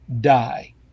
die